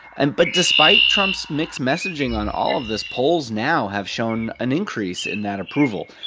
and but despite trump's mixed messaging on all of this, polls now have shown an increase in that approval.